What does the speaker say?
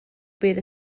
bydd